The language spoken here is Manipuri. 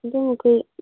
ꯑꯗꯨꯃ ꯀꯔꯤ